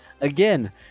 Again